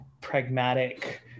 pragmatic